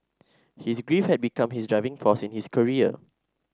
his grief had become his driving force in his career